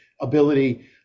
ability